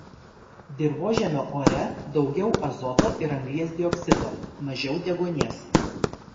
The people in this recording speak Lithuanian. dirvožemio ore daugiau azoto ir anglies dioksido mažiau deguonies